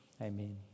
amen